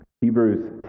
Hebrews